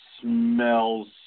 smells